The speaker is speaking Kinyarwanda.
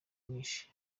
mwinshi